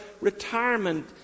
retirement